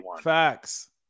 Facts